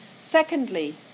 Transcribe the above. Secondly